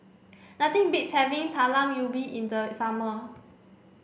nothing beats having Talam Ubi in the summer